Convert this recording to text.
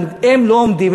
הם לא עומדים,